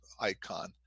icon